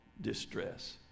distress